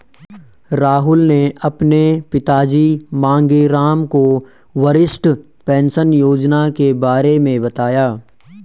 राहुल ने अपने पिताजी मांगेराम को वरिष्ठ पेंशन योजना के बारे में बताया